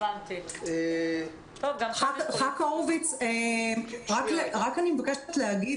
ח"כ הורוביץ, אני רק מבקשת להגיד.